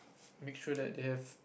make sure that they have